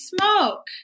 smoke